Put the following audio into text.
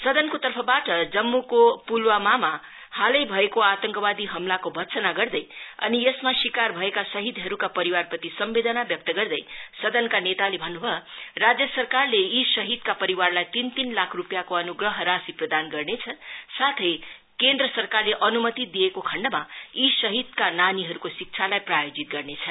सदनको तर्फबाट जम्मूको पुलवामामा हालै भएको आतंकवादी हमलाको भर्त्सना गर्दै अनि यसमा शिकार भएका शहीदहरुका परिवार प्रति समवेदना व्यक्त गर्दै सदन नेताले भन्नभयो राज्य सरकारले यी शहीदका परिवारहरुलाई तीन तीन लाख रुपियाँको अनुग्रह राशि प्रदान गर्नेछ साथै केन्द्र सरकारले अनुमति दिएको खण्डमा यी शहीदका नानीहरुका शिक्षालाई प्रायोजित गर्नेछ